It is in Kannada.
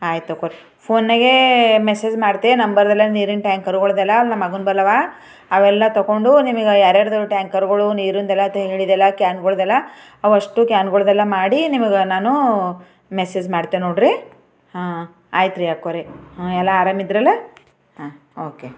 ಆಯ್ತು ತಕೋರಿ ಫೋನಾಗೆ ಮೆಸೇಜ್ ಮಾಡ್ತೆ ನಂಬರೆಲ್ಲ ನೀರಿನ ಟ್ಯಾಂಕರ್ಗಳದ್ದೆಲ್ಲ ನಮ್ಮ ಮಗಂದಲ್ಲವ ಅವೆಲ್ಲ ತೊಗೊಂಡು ನಿಮಗೆ ಯಾರ್ಯಾರ್ದು ಟ್ಯಾಂಕರ್ಗಳು ನೀರಿಂದೆಲ್ಲ ಹೇಳಿದೆ ಅಲ್ಲ ಕ್ಯಾನ್ಗಳದ್ದೆಲ್ಲ ಅವಷ್ಟು ಕ್ಯಾನ್ಗಳದ್ದೆಲ್ಲ ಮಾಡಿ ನಿಮಗೆ ನಾನು ಮೆಸೇಜ್ ಮಾಡ್ತೆ ನೋಡ್ರಿ ಹಾಂ ಆಯ್ತ್ರಿ ಅಕ್ಕಾವ್ರೆ ಹ್ಞೂ ಎಲ್ಲ ಆರಾಮ್ ಇದ್ರಲ್ಲ ಹಾಂ ಓಕೆ